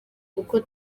kuko